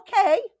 okay